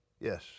Yes